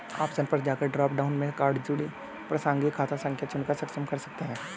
option पर जाकर drop down से कार्ड से जुड़ी प्रासंगिक खाता संख्या चुनकर सक्षम कर सकते है